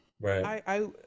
Right